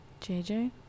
JJ